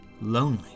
lonely